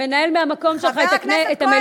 אתה מנהל מהמקום שלך את המליאה?